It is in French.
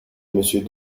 monsieur